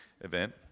event